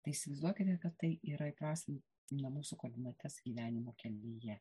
tai įsivaizduokite kad tai yra įprasmina mūsų koordinates gyvenimo kelyje